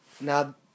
Now